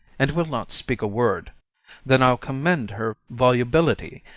and will not speak a word then i'll commend her volubility,